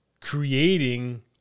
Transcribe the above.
creating –